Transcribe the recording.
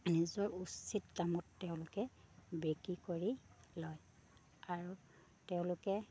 নিজৰ উচিত দামত তেওঁলোকে বিক্ৰী কৰি লয় আৰু তেওঁলোকে